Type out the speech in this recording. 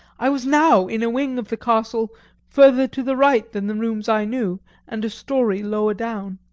i was now in a wing of the castle further to the right than the rooms i knew and a storey lower down.